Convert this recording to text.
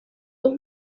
dos